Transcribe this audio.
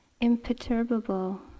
Imperturbable